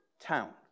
town